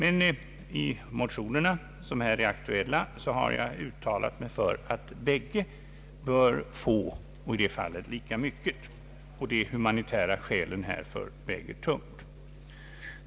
I de motioner som här är aktuella har jag uttalat mig för att båda parter bör få bistånd och då lika mycket. De humanitära skälen härför väger tungt.